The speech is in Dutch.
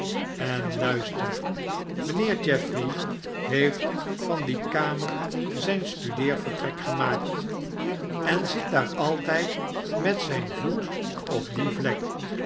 en luister mijnheer geoffrey heeft van die kamer zijn studeervertrek gemaakt en zit daar altijd met zijn voet op die vlek